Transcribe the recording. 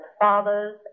fathers